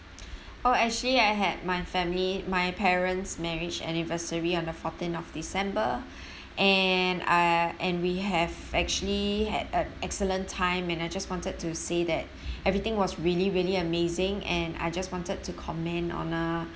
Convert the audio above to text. oh actually I had my family my parents marriage anniversary on the fourteen of december and uh and we have actually had a excellent time and I just wanted to say that everything was really really amazing and I just wanted to comment on uh